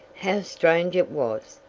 how strange it was!